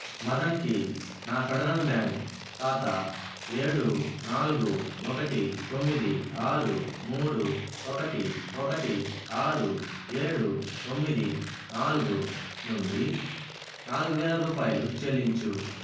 మదన్కి నా Federal Bank ఖాతా ఏడు నాలుగు ఒకటి తొమ్మిది ఆరు మూడు ఒకటి ఒకటి ఆరు ఏడు తొమ్మిది నాలుగు నుండి నాలుగువేల రూపాయలు చెల్లించు